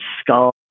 skull